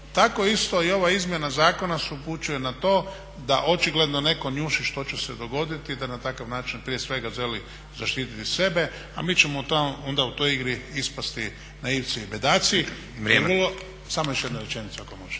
Tako isto i ova izmjena zakona nas upućuje na to da očigledno netko njuši što će se dogoditi da na takav način prije svega želi zaštiti sebe a mi ćemo onda u toj igri ispasti naivci i bedaci … …/Upadica: Vrijeme./… Samo još jedna rečenica ako može.